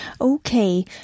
Okay